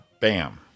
Bam